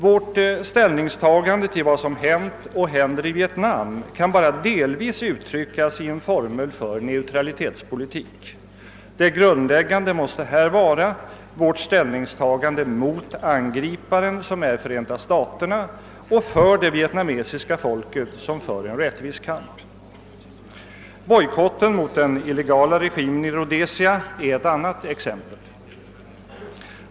Vårt ställningstagande till vad som hänt och händer i Vietnam kan bara delvis uttryckas i en formel för neutralitetspolitik. Det grundläggande måste här vara vårt ställningstagande mot angriparen, som är Förenta staterna, och för det vietnamesiska folket som kämpar en rättvis kamp. Bojkotten mot den illegala regimen i Rhodesia är ett annat exempel.